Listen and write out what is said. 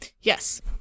Yes